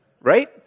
Right